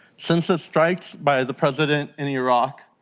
since the strikes by the president in iraq,